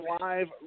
live